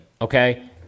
okay